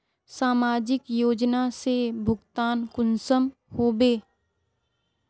समाजिक योजना से भुगतान कुंसम होबे?